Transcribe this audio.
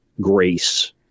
grace